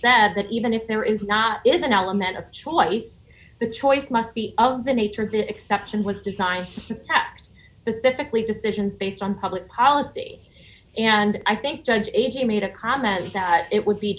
said that even if there is not is an element of choice the choice must be of the nature of the exception was designed that specifically decisions based on public policy and i think judge made a comment that it would be